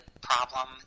problem